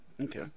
Okay